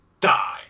die